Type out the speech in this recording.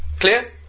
Clear